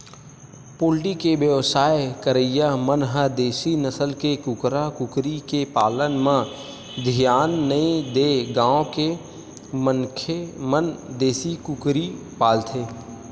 poultry के बेवसाय करइया मन ह देसी नसल के कुकरा कुकरी के पालन म धियान नइ देय गांव के मनखे मन देसी कुकरी पालथे